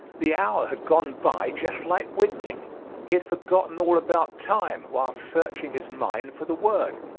the hour had gone by just like winking he had forgotten all about time while searching his mind for the word.